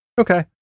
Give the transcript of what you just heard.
Okay